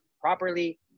properly